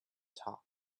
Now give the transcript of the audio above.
top